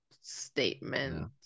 statement